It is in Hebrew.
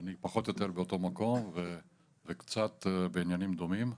אני פחות או יותר באותו מקום וקצת בעניינים דומים.